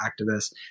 activists